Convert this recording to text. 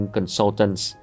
Consultants